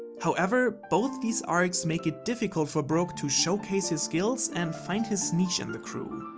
however, both these arcs make it difficult for brook to show case his skills and find his niche in the crew.